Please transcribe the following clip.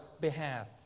behalf